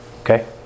Okay